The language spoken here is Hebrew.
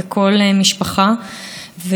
יום כיפור בפתח,